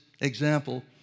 example